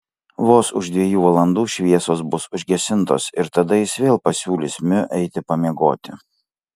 vos už dviejų valandų šviesos bus užgesintos ir tada jis vėl pasiūlys miu eiti pamiegoti